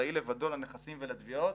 וכאחראי לבדו לנכסים ולתביעות.